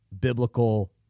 biblical